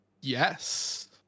Yes